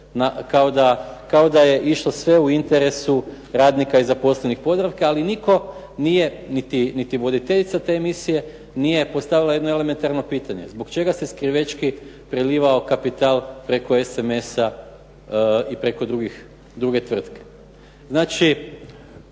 Kao da je išlo sve u interesu radnika i zaposlenih u Podravci, ali nitko nije niti voditeljica te emisije nije postavila jedno elementarno pitanje. Zbog čega se skrivečki prelivao kapital preko SMS-a i preko druge tvrtke. Znači